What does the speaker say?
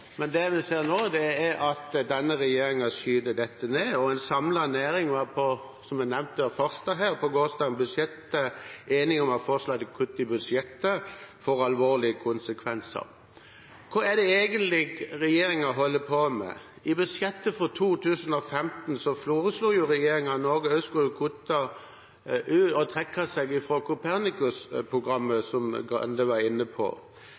Men det vi ser nå, er at denne regjeringen skyter dette ned, og en samlet næring var, som nevnt av Farstad, på gårsdagens budsjetthøring enig om at forslaget til kutt i budsjettet får alvorlige konsekvenser. Hva er det egentlig regjeringen holder på med? I budsjettet for 2015 foreslo regjeringen at Norge også skulle trekke seg fra Copernicus-programmet, som Skei Grande var inne på.